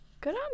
Good